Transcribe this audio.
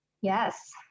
yes